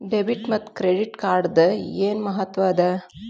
Debit ಮತ್ತ credit ಕಾರ್ಡದ್ ಏನ್ ಮಹತ್ವ ಅದ?